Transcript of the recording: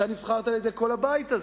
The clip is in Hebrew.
אתה נבחרת על-ידי כל הבית הזה,